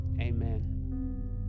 amen